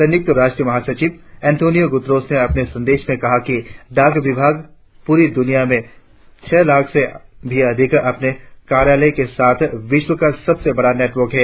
संयुक्त राष्ट्रीय महासचिव अंतोनियों गुतरश ने अपने संदेश में कहा कि डाक विभाग प्ररी दुनिया में छह लाख से भी अधिक अपने कार्यालयों के साथ विश्व का सबसे बड़ा नेटवर्क है